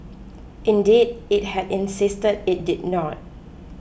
indeed it had insisted it did not